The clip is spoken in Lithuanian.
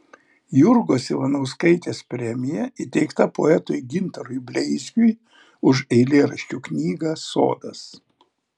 jurgos ivanauskaitės premija įteikta poetui gintarui bleizgiui už eilėraščių knygą sodas